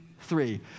three